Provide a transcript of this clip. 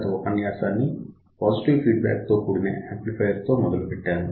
గత ఉపన్యాసాన్ని positive feedback తో కూడిన యాంప్లిఫయర్ తో మొదలు పెట్టాను